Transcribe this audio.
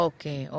Okay